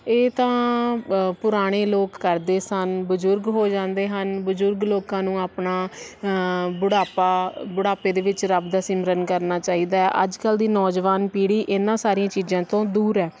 ਇਹ ਤਾਂ ਪੁਰਾਣੇ ਲੋਕ ਕਰਦੇ ਸਨ ਬਜ਼ੁਰਗ ਹੋ ਜਾਂਦੇ ਹਨ ਬਜ਼ੁਰਗ ਲੋਕਾਂ ਨੂੰ ਆਪਣਾ ਬੁਢਾਪਾ ਬੁਢਾਪੇ ਦੇ ਵਿੱਚ ਰੱਬ ਦਾ ਸਿਮਰਨ ਕਰਨਾ ਚਾਹੀਦਾ ਅੱਜ ਕੱਲ੍ਹ ਦੀ ਨੌਜਵਾਨ ਪੀੜ੍ਹੀ ਇਹਨਾਂ ਸਾਰੀਆਂ ਚੀਜ਼ਾਂ ਤੋਂ ਦੂਰ ਹੈ